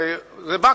וזה בא,